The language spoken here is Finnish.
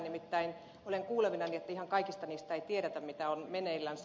nimittäin olen kuulevinani että ihan kaikista niistä ei tiedetä mitä on meneillänsä